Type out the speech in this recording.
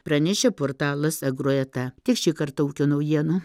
pranešė portalas agroeta tiek šį kartą ūkio naujieną